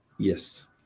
Yes